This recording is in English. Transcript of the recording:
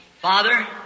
Father